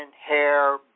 hair